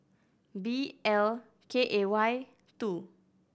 B L K A Y two